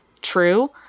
true